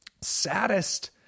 saddest